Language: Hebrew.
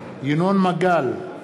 ינון מגל,